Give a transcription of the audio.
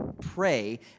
pray